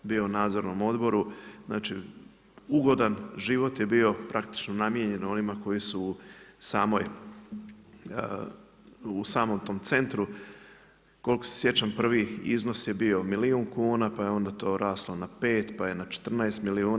Bio je u Nadzornom odboru, znači ugodan život je bio praktično namijenjen onima koji su u samom tom centru koliko se sjećam prvi iznos je bio milijun kuna pa je onda to raslo na pet, pa je na 14 milijuna.